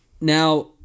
Now